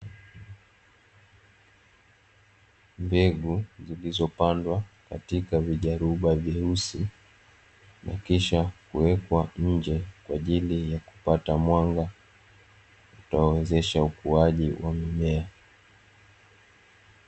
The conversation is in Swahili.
Mbegu zilizopandwa katika vijaruba vyeusi na kisha kuwekwa nje kwa ajili ya kupata mwanga, utakaowezesha ukuaji wa mimea.